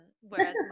whereas